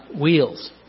wheels